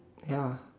ya